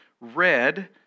red